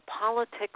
politics